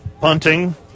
Punting